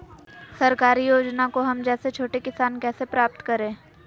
सरकारी योजना को हम जैसे छोटे किसान कैसे प्राप्त करें?